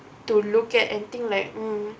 to look at and think like mm